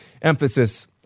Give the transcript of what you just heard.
Emphasis